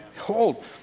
hold